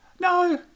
No